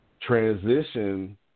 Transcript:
Transition